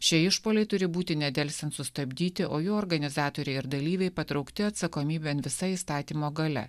šie išpuoliai turi būti nedelsiant sustabdyti o jų organizatoriai ir dalyviai patraukti atsakomybėn visa įstatymo galia